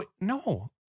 No